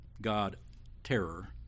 God-terror